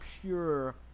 pure